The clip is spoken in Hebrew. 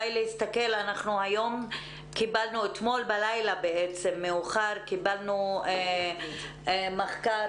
אתמול בלילה מאוחר קיבלנו מחקר.